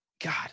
God